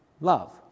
love